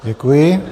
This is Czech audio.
Děkuji.